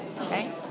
okay